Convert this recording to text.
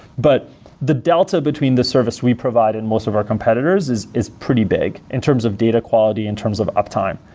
but the delta between the service we provide in most of our competitors is is pretty big in terms of data quality, in terms of uptime.